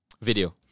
video